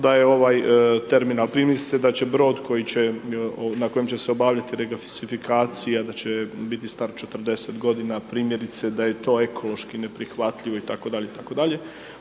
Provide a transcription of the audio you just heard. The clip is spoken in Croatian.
da je ovaj terminal …/nerazumljivo/… da će brod koji će, na kojem će se obavljati …/nerazumljivo/… da će biti star 40 godina, primjerice da je to ekološki neprihvatljivo, itd.,